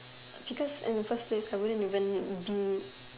because in the first place I wouldn't even be